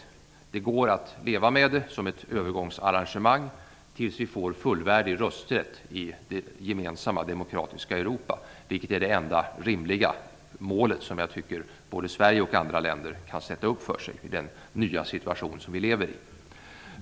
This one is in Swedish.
Men det går att leva med som ett övergångsarrangemang tills vi får fullvärdig rösträtt i det gemensamma, demokratiska Europa, vilket är den enda rimliga mål som både Sverige och andra länder kan sätta upp i den nya situation som vi lever i.